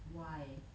why